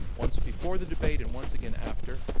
once before the debate and once again after.